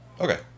Okay